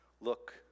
look